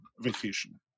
vacation